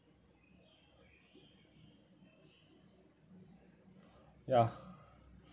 ya